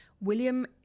William